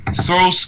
throw